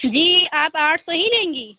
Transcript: جی آپ آٹھ سو ہی لیں گی